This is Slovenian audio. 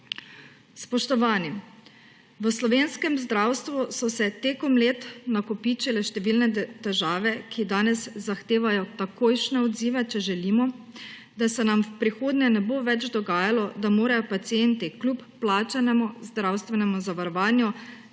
Spoštovani, v slovenskem zdravstvu so se tekom let nakopičile številne težave, ki danes zahtevajo takojšnje odzive, če želimo, da se nam v prihodnje ne bo več dogajalo, da morajo pacienti kljub plačanemu zdravstvenemu zavarovanju